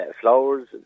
flowers